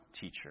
teacher